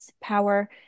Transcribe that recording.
power